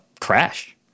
crash